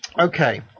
okay